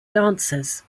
dancers